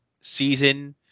season